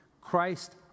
Christ